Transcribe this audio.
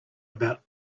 about